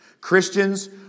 Christians